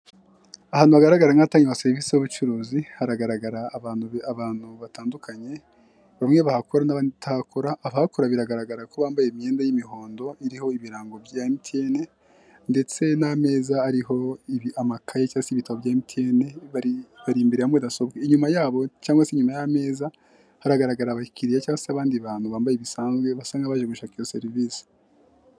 Ahantu hagaragara nka hatangirwa serivisi y'ubucuruzi, haragaragara abantu batandukanye bamwe bahakora n'abatahakora .Abahakora biragaragara ko bambaye imyenda y'imihondo iriho ibirango bya emutiyene(MTN) ndetse n'ameza ariho amakayi cyangwa ibitabo bya emutiyene (MTN) ,bari imbere ya mudasobwa. Inyuma yabo cyangwa se nyuma y'ameza haragaragara abakiriya cyangwa abandi bantu bambaye bisanzwe basa nkabaje gushaka iyo serivisi.